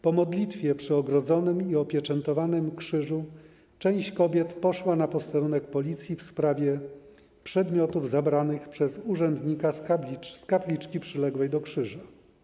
Po modlitwie przy ogrodzonym sznurkami i opieczętowanym krzyżu część kobiet poszła na posterunek milicji w sprawie przedmiotów zabranych przez urzędnika z kapliczki przyległej do krzyża.